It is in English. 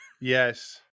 Yes